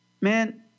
Man